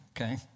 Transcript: okay